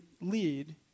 lead